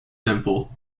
simple